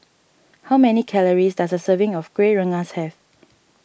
how many calories does a serving of Kueh Rengas have